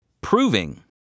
proving